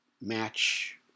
match